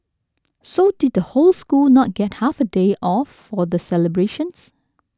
so did the whole school not get half day off for the celebrations